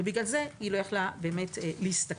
ובגלל זה היא לא יכלה באמת להשתכר.